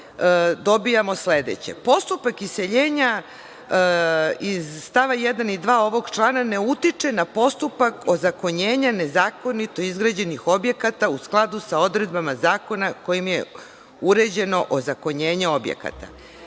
dobijamo sledeće – postupak iseljenja iz stava 1 i 2 ovog člana, ne utiče na postupak ozakonjenja nezakonito izgrađenih objekata u skladu sa odredbama zakona kojim je uređeno ozakonjenje objekata.